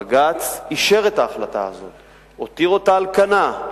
בג"ץ אישר את ההחלטה הזאת, הותיר אותה על כנה.